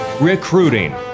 recruiting